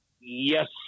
Yes